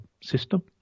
System